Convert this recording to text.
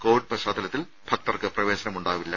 Covid കശ്ചാത്തലത്തിൽ ഭക്തർക്ക് പ്രവേശനം ഉണ്ടാകില്ല